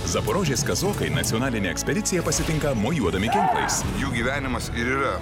zaporožės kazokai nacionalinę ekspediciją pasitinka mojuodami ginklais jų gyvenimas yra